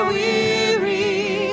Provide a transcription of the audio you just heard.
weary